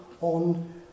on